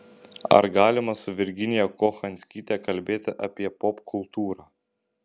ar galima su virginija kochanskyte kalbėti apie popkultūrą